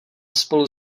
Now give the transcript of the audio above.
spolu